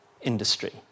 industry